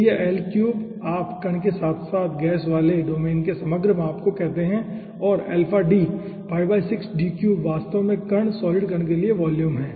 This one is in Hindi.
तो यह आप कण के साथ साथ गैस वाले डोमेन के समग्र माप को कह सकते हैं और वास्तव में कण सॉलिड कण के लिए वॉल्यूम है